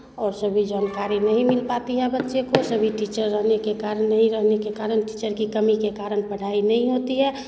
और सभी जानकारी नहीं मिल पाती है बच्चे को सभी टीचर रहने के कारण नहीं रहने के कारण टीचर की कमी के कारण पढ़ाई नहीं होती है